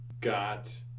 got